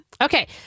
Okay